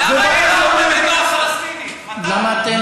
למה אתה, למה,